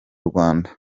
rwanda